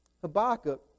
Habakkuk